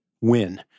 win